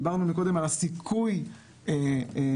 דיברנו קודם על הסיכוי להיתפס.